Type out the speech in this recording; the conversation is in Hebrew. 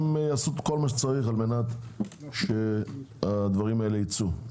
הם יעשו כל מה שצריך כדי שהדברים הללו ייצאו.